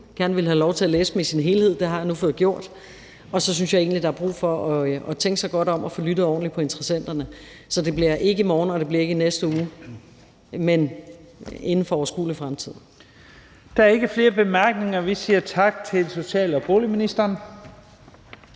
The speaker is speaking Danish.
jeg gerne vil have lov til at læse dem i sin helhed, og det har jeg nu fået gjort. Og så synes jeg egentlig, at der er brug for at tænke sig godt om og få lyttet ordentligt på interessenterne. Så det bliver ikke i morgen, og det bliver ikke i næste uge, men inden for overskuelig fremtid. Kl. 15:48 Første næstformand (Leif Lahn Jensen): Der er ikke flere korte bemærkninger. Vi siger tak til social- og boligministeren.